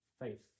faith